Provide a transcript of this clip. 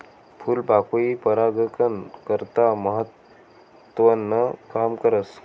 फूलपाकोई परागकन करता महत्वनं काम करस